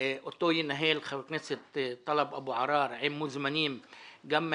אותו ינהל חבר הכנסת טלב אבו עראר ובו ישתתפו מוזמנים מהנגב,